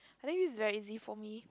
I think it's very easy for me